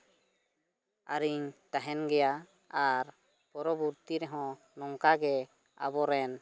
ᱟᱨᱤᱧ ᱛᱟᱦᱮᱱ ᱜᱮᱭᱟ ᱟᱨ ᱯᱚᱨᱚᱵᱚᱨᱛᱤ ᱨᱮᱦᱚᱸ ᱱᱚᱝᱠᱟ ᱜᱮ ᱟᱵᱚᱨᱮᱱ